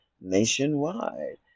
nationwide